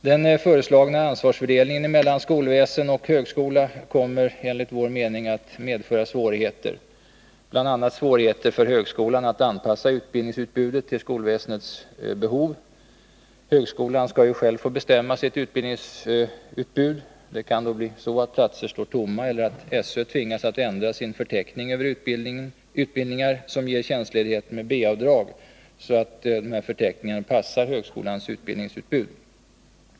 Den föreslagna ansvarsfördelningen mellan skolväsen och högskola kommer enligt vår mening att medföra svårigheter, bl.a. svårigheter för högskolan att anpassa utbildningsutbudet till skolväsendets behov. Högskolan skall ju själv få bestämma sitt utbildningsutbud. Det kan då bli så, att platser står tomma eller att SÖ tvingas ändra sin förteckning över utbildningar som ger tjänstledighet med B-avdrag, så att denna förteckning passar högskolans utbildningsutbud.